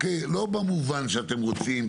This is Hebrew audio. לא במובן שאתם רוצים,